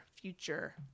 future